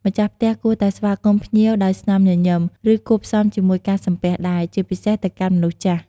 ម្ចាស់ផ្ទះគួរតែស្វាគមន៍ភ្ញៀវដោយស្នាមញញឹម ឬគួបផ្សំជាមួយការសំពះដែរ ជាពិសេសទៅកាន់មនុស្សចាស់។